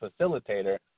facilitator